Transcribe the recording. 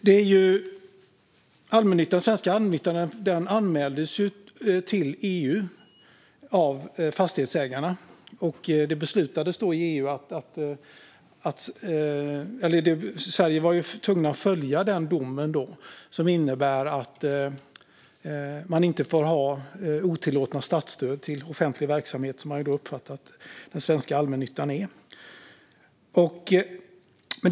Den svenska allmännyttan anmäldes ju till EU av Fastighetsägarna, och Sverige tvingades att följa den dom som innebär att man inte får ha otillåtna statsstöd till offentlig verksamhet, vilket den svenska allmännyttan uppfattades som.